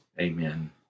amen